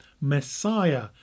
Messiah